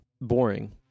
boring